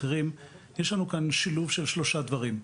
יש לנו כאן שילוב של שלושה דברים.